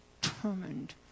determined